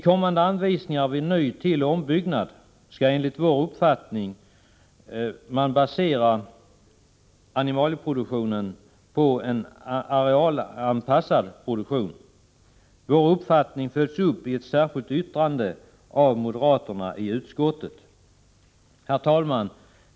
Kommande anvisningar vid ny-, tilloch ombyggnad skall enligt vår mening baseras på en arealanpassad animalieproduktion. Denna vår uppfattning följs upp i ett särskilt yttrande av moderaterna i utskottet. Herr talman!